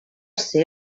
ser